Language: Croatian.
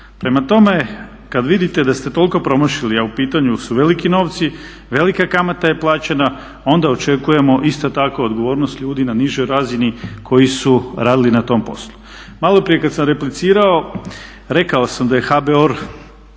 Prema tome, kada vidite da ste toliko promašili a u pitanju su veliki novci, velika kamata je plaćena, onda očekujemo isto tako odgovornost ljudi na nižoj razini koji su radili na tom poslu. Maloprije kada sam replicirao rekao sam da je HBOR